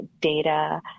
data